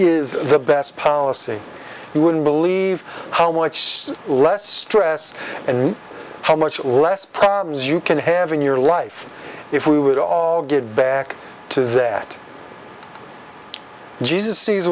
is the best policy you wouldn't believe how much less stress and how much less problems you can have in your life if we would all get back to that jesus sees